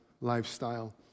lifestyle